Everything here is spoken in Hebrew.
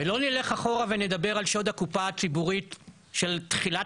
ולא נלך אחורה ונדבר על שוד הקופה הציבורית של תחילת